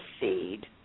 seed